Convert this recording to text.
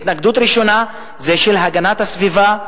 התנגדות ראשונה היא של הגנת הסביבה,